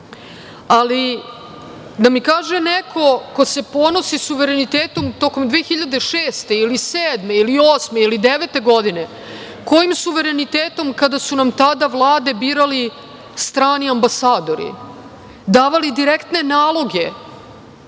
da mi kaže neko ko se ponosi sa suverenitetom tokom 2006. ili 2007. ili 2008. ili 2009. godine, kojim suverenitetom kada su nam tada vlade birali strani ambasadori, davali direktne naloge,